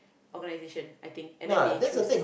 organisation I think and then they choose